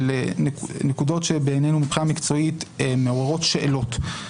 נקודות שבעינינו מבחינה מקצועית מעוררות שאלות.